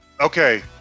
okay